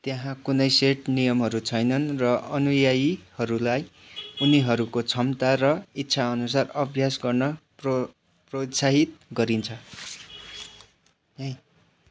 त्यहाँ कुनै सेट नियमहरू छैनन् र अनुयायीहरूलाई उनीहरूको क्षमता र इच्छा अनुसार अभ्यास गर्न प्रोत प्रोत्साहित गरिन्छ